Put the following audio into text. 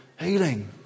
healing